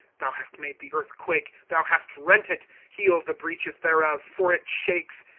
thou hast made the earth quake thou hast rent it heal the broaches thereof, for it shakes.